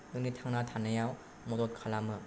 जोंनि थांना थानायाव मदद खालामो